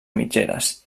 mitgeres